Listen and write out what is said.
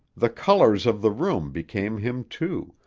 the colors of the room became him, too,